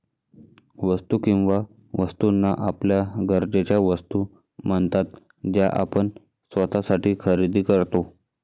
वस्तू किंवा वस्तूंना आपल्या गरजेच्या वस्तू म्हणतात ज्या आपण स्वतःसाठी खरेदी करतो